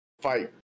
fight